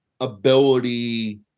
ability